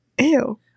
Ew